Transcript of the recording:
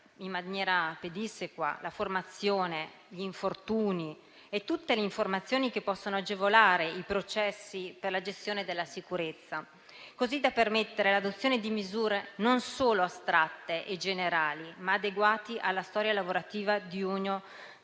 in maniera pedissequa la formazione, gli infortuni e tutte le informazioni che possono agevolare i processi per la gestione della sicurezza, così da permettere l'adozione di misure non solo astratte e generali, ma adeguate alla storia lavorativa di ognuno